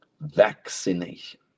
Vaccination